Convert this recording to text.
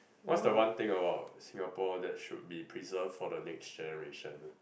what's the one thing about Singapore that should be preserved for the next generation